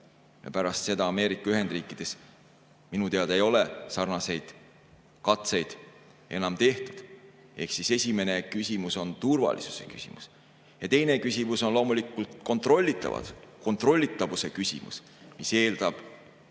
pärast seda Ameerika Ühendriikides minu teada ei ole sarnaseid katseid enam tehtud. Ehk siis esimene küsimus on turvalisuse küsimus. Teine küsimus on loomulikult kontrollitavus, mis eeldab